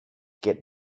get